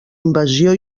invasió